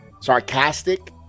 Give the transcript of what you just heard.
sarcastic